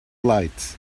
lights